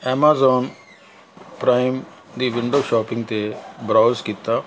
Amazon Prime ਦੀ window shopping 'ਤੇ browse ਕੀਤਾ